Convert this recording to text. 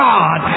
God